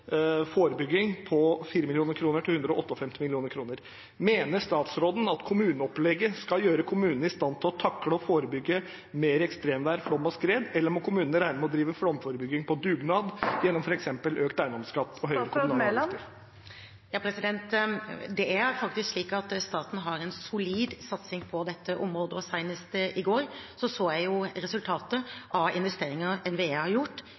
til 158 mill. kr. Mener statsråden at kommuneopplegget skal gjøre kommunene i stand til å takle og forebygge mer ekstremvær, flom og skred, eller må kommunene regne med å drive flomforebygging på dugnad gjennom f.eks. økt eiendomsskatt og høyere kommunale avgifter? Staten har faktisk en solid satsing på dette området, og senest i går så jeg resultatet av investeringer NVE har gjort